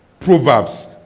Proverbs